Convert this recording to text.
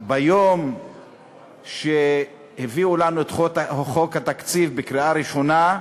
ביום שהביאו לנו את חוק התקציב לקריאה ראשונה,